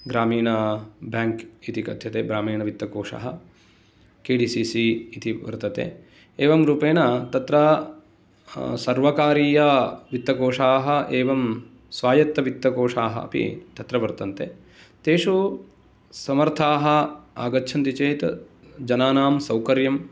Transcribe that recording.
ग्रामीण बेङ्क् इति कथ्यते ग्रामीणवित्तकोषाः के डि सि सि इति वर्तते एवं रूपेण तत्र सर्वकारीया वित्तकोषाः एवं स्वायत्तवित्तकोषाः अपि तत्र वर्तन्ते तेषु समर्थाः आगच्छन्ति चेत् जनानां सौकर्यम्